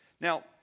now